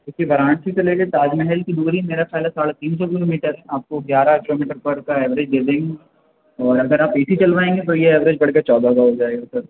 کیونکہ ورانسی سے لے کے تاج محل کی دوری میرا خیال ہے ساڑھے تین سو کلو میٹر آپ کو گیارہ کلو میٹر پر کا ایوریج دے دے گی اور اگر آپ اے سی چلوائیں گے تو یہ ایوریج بڑھ کے چودہ سو ہو جائے گا سر